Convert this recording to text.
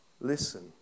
Listen